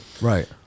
Right